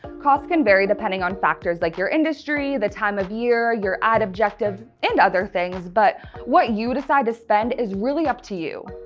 costs can vary depending on factors like your industry, the time of year, your ad objective, and other things, but what you decide to spend is really up to you.